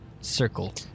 circle